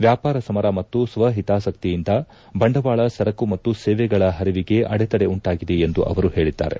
ವ್ಲಾಪಾರ ಸಮರ ಮತ್ತು ಸ್ವಹಿತಾಸಕ್ತಿಯಿಂದ ಬಂಡವಾಳ ಸರಕು ಮತ್ತು ಸೇವೆಗಳ ಹರಿವಿಗೆ ಅಡೆತಡೆ ಉಂಟಾಗಿದೆ ಎಂದು ಅವರು ಹೇಳಿದ್ದಾರೆ